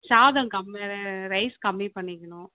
சாதம் கம்மி ரைஸ் கம்மி பண்ணிக்கணும்